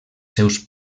seus